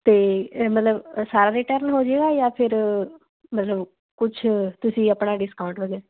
ਅਤੇ ਮਤਲਬ ਸਾਰਾ ਰਿਟਰਨ ਹੋਜੇਗਾ ਜਾਂ ਫਿਰ ਮਤਲਬ ਕੁਛ ਤੁਸੀਂ ਆਪਣਾ ਡਿਸਕਾਊਂਟ ਵਗੈਰਾ